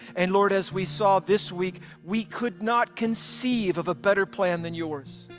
and lord, as we saw this week, we could not conceive of a better plan than yours.